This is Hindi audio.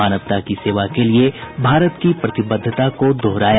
मानवता की सेवा के लिए भारत की प्रतिबद्धता को दोहराया